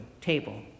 table